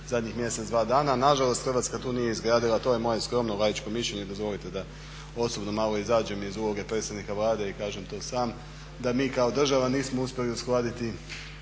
zadnjih mjesec, dva dana. Nažalost Hrvatska tu nije izgradila, to je moje skromno laičko mišljenje, dozvolite da osobno malo izađem iz uloga predstavnika Vlade, i kažem to sam da mi kao država nismo uspjeli uskladiti